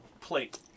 plate